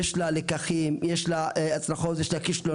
יש לה לקחים, יש לה הצלחות ויש לה כישלונות.